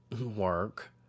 work